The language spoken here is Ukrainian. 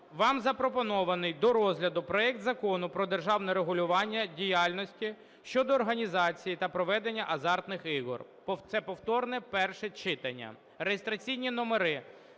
Вам запропонований до розгляду проект Закону про державне регулювання діяльності щодо організації та проведення азартних ігор. Це повторне перше читання. Реєстраційні номери: